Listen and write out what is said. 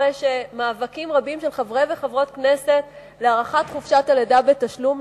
אחרי שנעשו מאבקים רבים של חברי וחברות כנסת להארכת חופשת הלידה בתשלום,